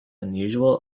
unusual